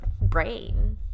brain